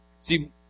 See